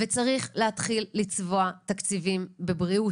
צריך להתחיל לצבוע תקציבים בבריאות.